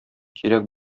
кирәк